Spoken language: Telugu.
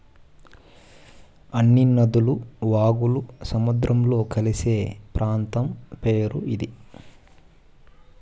అన్ని నదులు వాగులు సముద్రంలో కలిసే ప్రాంతం పేరు ఇది